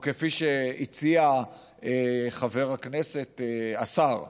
או כפי שהציע חבר הכנסת השר בנט,